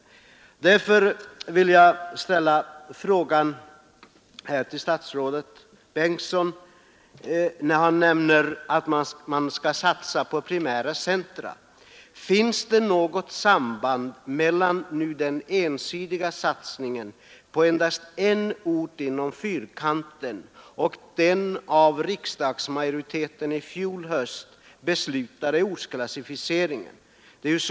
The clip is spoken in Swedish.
Därför vill jag ställa följande fråga till herr statsrådet Bengtsson när han nämner att man skall satsa på primära centra: Finns det något samband mellan den nu ensidiga satsningen på endast en ort inom Fyrkanten och den av riksdagsmajoriteten i fjol höst beslutade ortsklassificeringen?